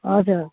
हजुर